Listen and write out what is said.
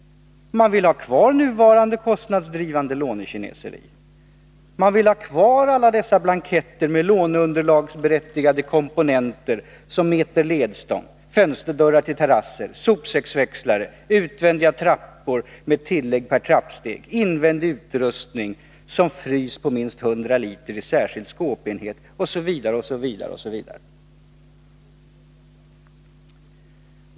Man vill ha kvar nuvarande kostnadsdrivande lånekineseri. Man vill ha kvar alla dessa blanketter med låneunderlagsberättigade komponenter som meter ledstång, fönsterdörrar till terrasser, sopsäcksväxlare, utvändiga trappor med tillägg per trappsteg, invändig utrustning som frys på minst 100 liter i särskild skåpenhet osv., osv.